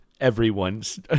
everyone's